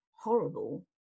horrible